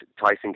Tyson